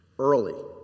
Early